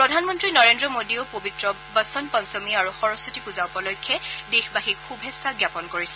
প্ৰধানমন্ত্ৰী নৰেন্দ্ৰ মোদীয়েও পবিত্ৰ বসন্ত পঞ্চমী আৰু সৰস্বতী পূজা উপলক্ষে দেশবাসীক শুভেচ্ছা জ্ঞাপন কৰিছে